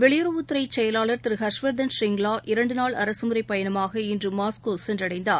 வெளியுறவுத்துறைசெயலாளர் திருஹர்ஷ்வர்தன் ஸ்ரிங்ளா இரண்டுநாள் அரசுமுறைப் பயணமாக இன்றுமாஸ்கோசென்றடைந்தார்